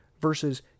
versus